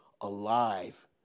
alive